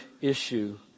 issue